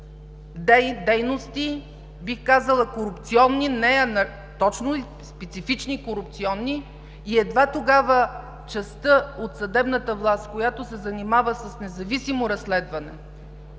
дейности. Бих казала корупционни не, а точно специфични корупционни и едва тогава частта от съдебната власт, която се занимава с независимо разследване,